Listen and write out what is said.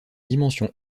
dimension